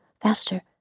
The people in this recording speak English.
faster